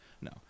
no